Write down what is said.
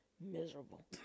miserable